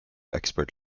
expert